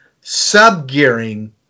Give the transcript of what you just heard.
sub-gearing